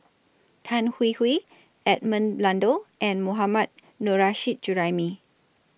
Tan Hwee Hwee Edmund Blundell and Mohammad Nurrasyid Juraimi